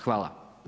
Hvala.